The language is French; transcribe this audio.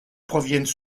proviennent